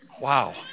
Wow